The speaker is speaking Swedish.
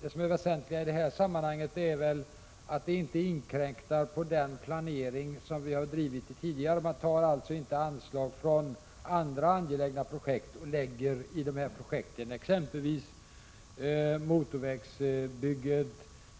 Det väsentliga i det här sammanhanget är dock att man inte inkräktar på den planering som har bedrivits tidigare, så att man inte tar anslag från andra angelägna projekt och lägger i de här projekten, exempelvis motorvägsbygget